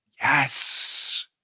Yes